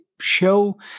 Show